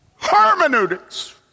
hermeneutics